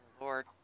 Lord